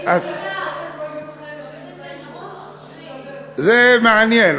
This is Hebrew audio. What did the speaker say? זה מעניין.